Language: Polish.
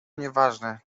nieważne